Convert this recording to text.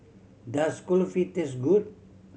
does Kulfi taste good